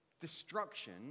destruction